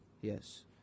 Yes